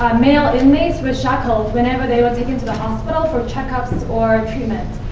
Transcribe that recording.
um male inmates were shackled whenever they were taken to the hospital for check-ups and or treatment.